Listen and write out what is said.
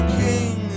king